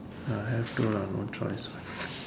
I have to lah no choice what